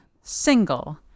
single